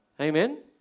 Amen